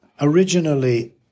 originally